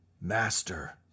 Master